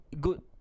good